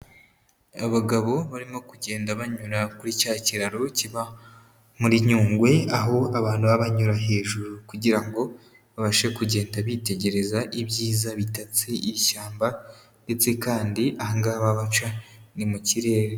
Abagabo barimo kugenda banyura kuri cya kiraro kiba muri Nyungwe aho abantu baba banyura hejuru kugira ngo babashe kugenda bitegereza ibyiza bitatse ishyamba ndetse kandi aha ngaha baba baca ni mu kirere.